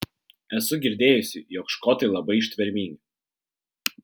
esu girdėjusi jog škotai labai ištvermingi